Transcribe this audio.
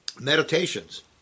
Meditations